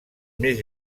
més